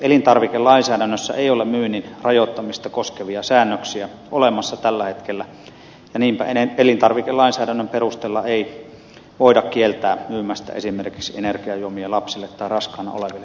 elintarvikelainsäädännössä ei ole myynnin rajoittamista koskevia säännöksiä olemassa tällä hetkellä ja niinpä elintarvikelainsäädännön perusteella ei voida kieltää myymästä esimerkiksi energiajuomia lapsille tai raskaana oleville